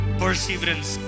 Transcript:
perseverance